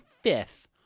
fifth